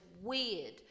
weird